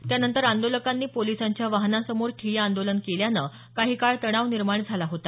त्यानंतर आंदोलकांनी पोलिसांच्या वाहनांसमोर ठिय्या आंदोलन केल्यान काही काळ तणाव निर्माण झाला होता